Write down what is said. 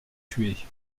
tuées